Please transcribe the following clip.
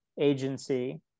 agency